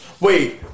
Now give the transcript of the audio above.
Wait